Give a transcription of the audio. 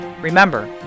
Remember